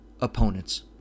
opponents